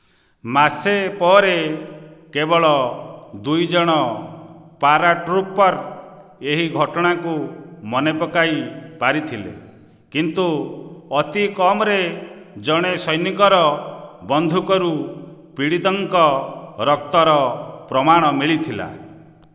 ମାସେ ପରେ କେବଳ ଦୁଇଜଣ ପାରାଟ୍ରୁପର ଏହି ଘଟଣାକୁ ମନେ ପକାଇ ପାରିଥିଲେ କିନ୍ତୁ ଅତି କମରେ ଜଣେ ସୈନିକର ବନ୍ଧୁକରୁ ପୀଡ଼ିତଙ୍କ ରକ୍ତର ପ୍ରମାଣ ମିଳିଥିଲା